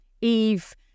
Eve